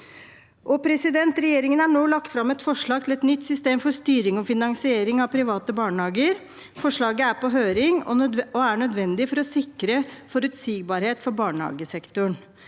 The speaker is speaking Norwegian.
pengebruken. Regjeringen har nå lagt fram et forslag til et nytt system for styring og finansiering av private barnehager. Forslaget er på høring og er nødvendig for å sikre forutsigbarhet for barnehagesektoren.